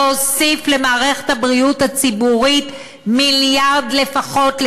להוסיף למערכת הבריאות הציבורית מיליארד שקל לפחות,